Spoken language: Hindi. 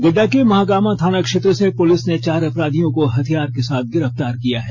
गोड्डा के महागामा थाना क्षेत्र से पुलिस ने चार अपराधियों को हथियार के साथ गिरफ्तार किया है